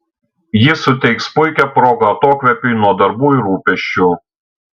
ji suteiks puikią progą atokvėpiui nuo darbų ir rūpesčių